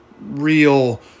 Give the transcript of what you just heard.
real